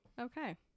okay